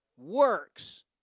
works